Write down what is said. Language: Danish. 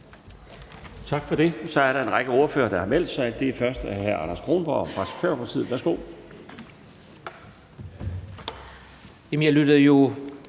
Tak for det. Så er der en række ordførere, der har meldt sig. Det er først hr. Anders Kronborg fra Socialdemokratiet. Værsgo. Kl.